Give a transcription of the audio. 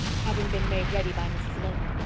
having been made ready by mrs. lynde.